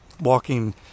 walking